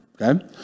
Okay